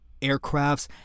aircrafts